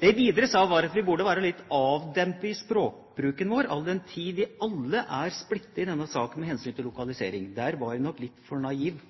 Det jeg videre sa, var at vi burde være litt avdempet i språkbruken vår, all den tid vi alle er splittet i denne saken med hensyn til lokalisering. Der var jeg nok litt for naiv.